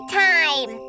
time